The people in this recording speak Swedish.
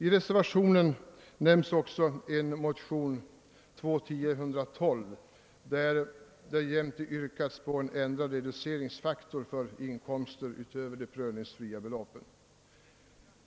I reservationen nämns också en motion II: 1012, där det yrkas på en ändrad reduceringsfaktor för inkomster ultöver de prövningsfria beloppen.